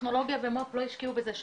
טכנולוגיה ומו"פ לא השקיעו בזה שנים.